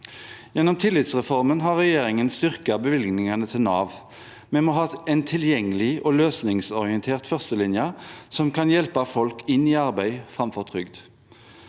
Gjennom tillitsreformen har regjeringen styrket bevilgningene til Nav. Vi må ha en tilgjengelig og løsningsorientert førstelinje som kan hjelpe folk inn i arbeid framfor trygd.